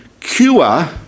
cure